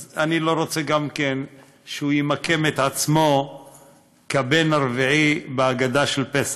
אז אני גם לא רוצה שהוא ימקם את עצמו כבן הרביעי בהגדה של פסח.